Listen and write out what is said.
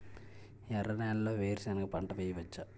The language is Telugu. ఎర్ర నేలలో వేరుసెనగ పంట వెయ్యవచ్చా?